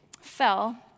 fell